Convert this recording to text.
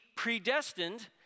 Predestined